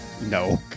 no